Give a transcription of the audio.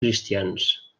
cristians